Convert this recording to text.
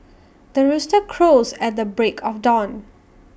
the rooster crows at the break of dawn